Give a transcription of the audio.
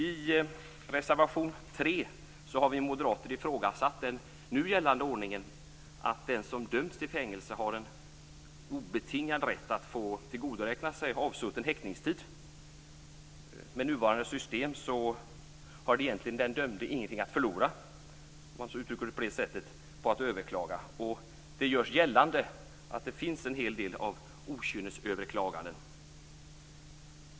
I reservation 3 har vi moderater ifrågasatt den nu gällande ordningen att den som döms till fängelse har en obetingad rätt att få tillgodoräkna sig avsutten häktningstid. Med nuvarande system har den dömde egentligen ingenting att förlora, om man uttrycker det så, på att överklaga. Det görs gällande att det finns en hel del av okynnesöverklaganden.